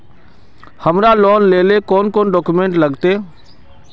हमरा लोन लेले कौन कौन डॉक्यूमेंट लगते?